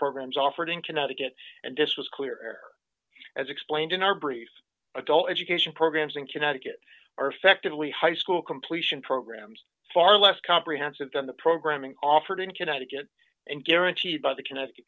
programs offered in connecticut and this was clear as explained in our brief adult education programs in connecticut are effectively high school completion programs far less comprehensive than the programming offered in connecticut and guaranteed by the connecticut